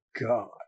God